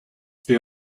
they